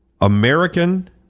American